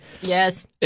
Yes